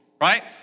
right